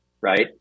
right